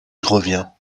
revient